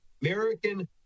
american